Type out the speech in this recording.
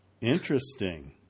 Interesting